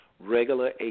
Regular